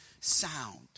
sound